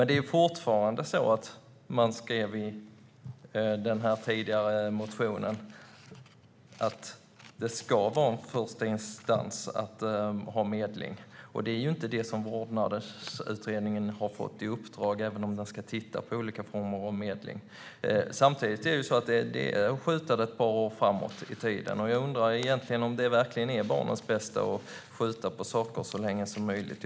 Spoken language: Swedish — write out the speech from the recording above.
Det är dock fortfarande så att man i motionen skrev att den första instansen ska innebära medling. Det är inte det uppdraget vårdnadsutredningen har fått, även om den ska titta på olika former av medling. Samtidigt är det att skjuta detta ett par år framåt i tiden, och jag undrar om det verkligen är barnens bästa att skjuta på saker så länge som möjligt.